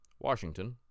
Washington